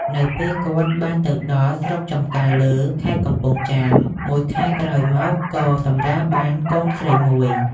នៅពេលគាត់បានទៅដល់ស្រុកចម្ការលើ ខេត្តកំពង់ចាម មួយខែក្រោយមកក៏សម្រាលបានកូនស្រីមួយ។